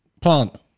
plant